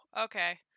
okay